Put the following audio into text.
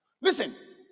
Listen